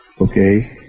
Okay